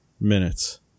minutes